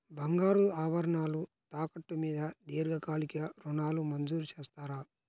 బంగారు ఆభరణాలు తాకట్టు మీద దీర్ఘకాలిక ఋణాలు మంజూరు చేస్తారా?